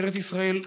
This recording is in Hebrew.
ארץ ישראל כולה,